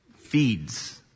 feeds